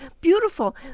Beautiful